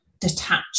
detach